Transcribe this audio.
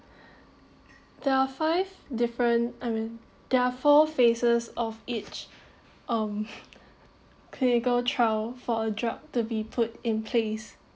there are five different I mean there are four faces of each um clinical trial for a job to be put in place